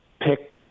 pick